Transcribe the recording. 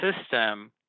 system